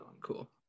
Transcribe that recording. cool